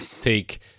take